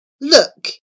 Look